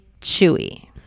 chewy